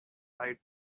lied